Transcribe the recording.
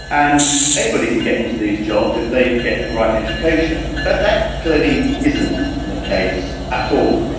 and anybody can get into these jobs if they get the right education. that that clearly isn't the case at all.